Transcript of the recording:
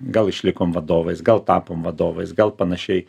gal išlikom vadovais gal tapom vadovais gal panašiai